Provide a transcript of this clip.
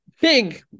big